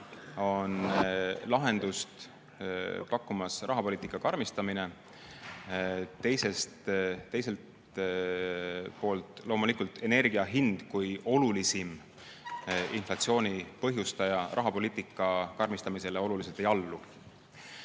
lahendust rahapoliitika karmistamine, teisest küljest loomulikult energia hind kui olulisim inflatsiooni põhjustaja rahapoliitika karmistamisele eriti ei allu.